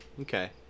Okay